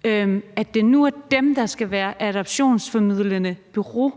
hvad er så Alternativest holdning til,